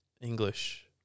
English